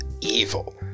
evil